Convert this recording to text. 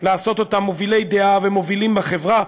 לעשות אותם מובילי דעה ומובילים בחברה,